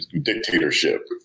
Dictatorship